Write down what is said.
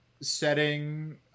setting